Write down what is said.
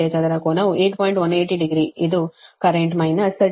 18 degree ಮತ್ತು ಇದು current minus 33